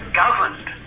governed